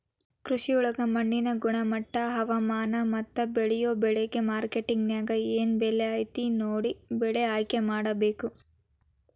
ಕೃಷಿಯೊಳಗ ಮಣ್ಣಿನ ಗುಣಮಟ್ಟ, ಹವಾಮಾನ, ಮತ್ತ ಬೇಳಿಯೊ ಬೆಳಿಗೆ ಮಾರ್ಕೆಟ್ನ್ಯಾಗ ಏನ್ ಬೆಲೆ ಐತಿ ಅಂತ ನೋಡಿ ಬೆಳೆ ಆಯ್ಕೆಮಾಡಬೇಕು